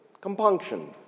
compunction